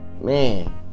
Man